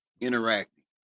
interacting